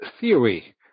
theory